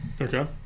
Okay